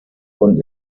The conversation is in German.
und